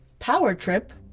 power trip.